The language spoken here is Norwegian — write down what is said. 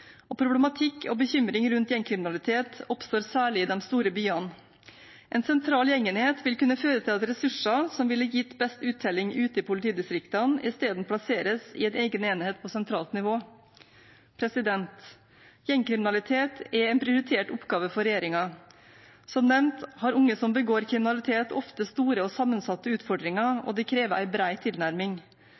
og problematikk og bekymring rundt gjengkriminalitet oppstår særlig i de store byene. En sentral gjengenhet vil kunne føre til at ressurser som ville gitt best uttelling ute i politidistriktene, isteden plasseres i en egen enhet på sentralt nivå. Gjengkriminalitet er en prioritert oppgave for regjeringen. Som nevnt har unge som begår kriminalitet, ofte store og sammensatte utfordringer, og det krever en bred tilnærming.